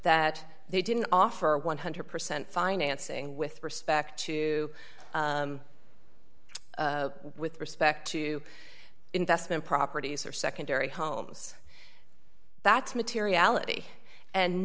that they didn't offer one hundred percent financing with respect to with respect to investment properties or secondary homes that's materiality and